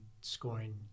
scoring